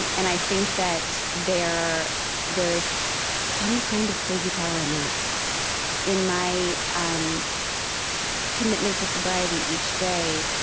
and and i think that there there is some kind of crazy power in that in my um commitment to sobriety each day,